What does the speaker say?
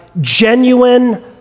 genuine